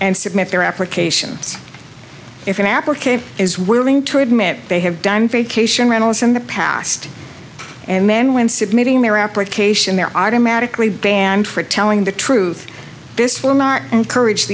and submit their applications if an applicant is willing to admit they have done vacation rentals in the past and then when submitting their application there are dramatically banned for telling the truth this will not encourage